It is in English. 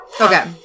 Okay